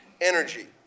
energy